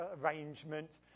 arrangement